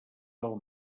del